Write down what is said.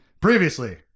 Previously